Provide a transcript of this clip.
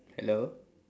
hello